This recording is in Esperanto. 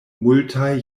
multaj